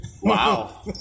Wow